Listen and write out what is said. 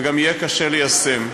וגם יהיה קשה ליישם.